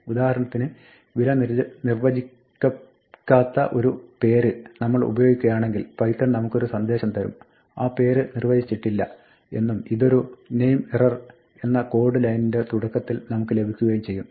ഉദാഹരണത്തിന് വില നിർവ്വചിക്കാത്ത ഒരു പേര് നമ്മൾ ഉപയോഗിക്കുകയാണെങ്കിൽ പൈത്തൺ നമുക്കൊരു സന്ദേശം തരും ആ പേര് നിർവ്വചിച്ചിട്ടില്ല എന്നും ഇതൊരു "name error" എന്ന കോഡ് ലൈനിന്റെ തുടക്കത്തിൽ നമുക്ക് ലഭിക്കുകയും ചെയ്യും